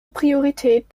priorität